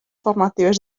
formatives